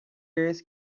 case